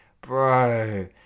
bro